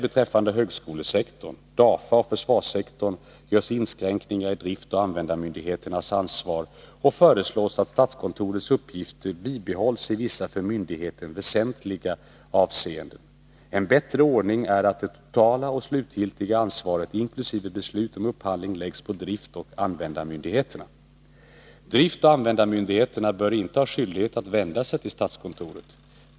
Beträffande såväl högskolesektorn som DAFA och försvarssektorn görs inskränkningar i driftoch användarmyndigheternas ansvar och föreslås att statskontorets uppgifter bibehålls i vissa för myndigheten väsentliga avseenden. En bättre ordning är att det totala och slutgiltiga ansvaret inkl. beslut om upphandling läggs på driftoch användarmyndigheterna. Dessa bör inte ha skyldighet att vända sig till statskontoret.